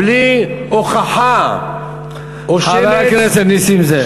בלי הוכחה, חבר הכנסת נסים זאב.